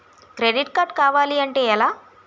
Credit card కావాలి అంటే ఎలా?